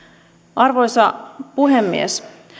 arvoisa puhemies